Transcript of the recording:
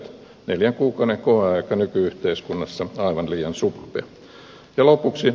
neljän kuukauden koeaika nyky yhteiskunnassa on aivan liian suppea